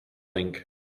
link